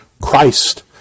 Christ